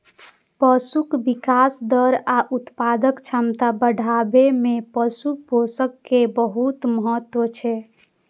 पशुक विकास दर आ उत्पादक क्षमता बढ़ाबै मे पशु पोषण के बहुत महत्व छै